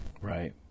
Right